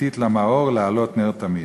כתית למאור להעלֹת נר תמיד".